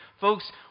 Folks